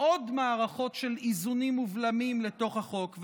עוד מערכות של איזונים ובלמים לתוך החוק.